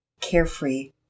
carefree